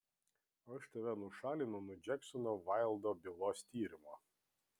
aš tave nušalinu nuo džeksono vaildo bylos tyrimo